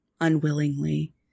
Unwillingly